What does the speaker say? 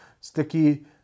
sticky